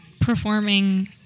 performing